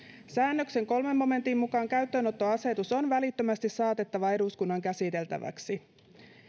säännöksen kolmannen momentin mukaan käyttöönottoasetus on välittömästi saatettava eduskunnan käsiteltäväksi